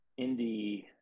indie